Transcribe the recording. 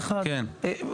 אספר אנקדוטה ממה שאני מכיר.